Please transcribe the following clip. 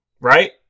right